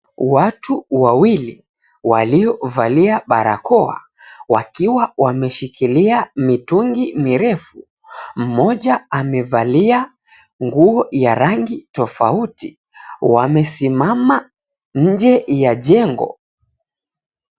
Watu wawili waliovalia barakoa wakiwa wameshikilia mitungi mirefu. Mmoja amevalia nguo ya rangi tofauti. Wamesimama nje ya jengo.